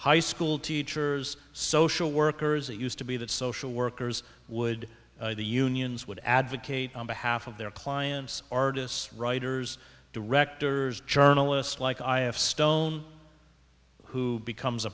high school teachers social workers that used to be that social workers would the unions would advocate on behalf of their clients artists writers directors journalists like i have stone who becomes a